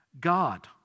God